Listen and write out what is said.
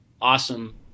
awesome